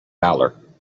valour